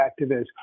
activists